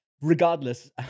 regardless